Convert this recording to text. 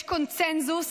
יש קונסנזוס